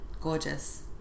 Gorgeous